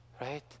Right